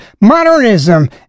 modernism